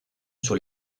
sur